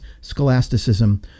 scholasticism